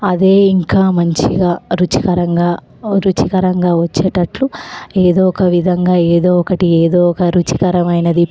అది ఇంకా మంచిగా రుచికరంగా రుచికరంగా వచ్చేటట్లు ఏదో ఒక విధంగా ఏదో ఒకటి ఏదో ఒక రుచికరమైనది